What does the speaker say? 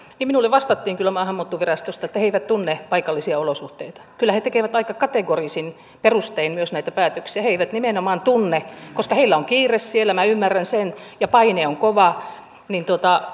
minulle vastattiin kyllä maahanmuuttovirastosta että he eivät tunne paikallisia olosuhteita kyllä he tekevät aika kategorisin perustein myös näitä päätöksiä he eivät nimenomaan tunne koska heillä on kiire siellä minä ymmärrän sen ja paine on kova